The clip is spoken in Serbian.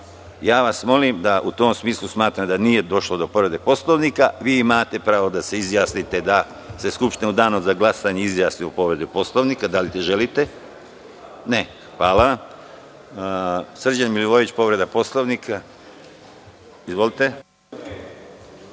prozvao. Molim vas, u tom smislu smatram da nije došlo do povrede Poslovnika. Vi imate pravo da se izjasnite da se Skupština u danu za glasanje izjasni o povredi Poslovnika. Da li želite? (Ne.) Hvala. Srđan Milivojević, povreda Poslovnika. Izvolite.